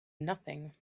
nothing